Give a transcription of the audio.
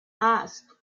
asked